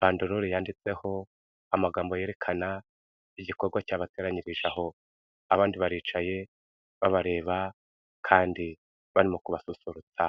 bandorore yanditseho amagambo yerekana igikorwa cyabateranyirije aho, abandi baricaye babareba kandi bari mu kubasusurutsa.